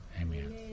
amen